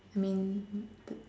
I mean